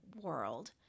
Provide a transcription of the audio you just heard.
world